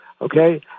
Okay